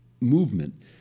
movement